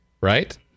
right